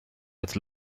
with